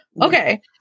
Okay